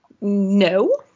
No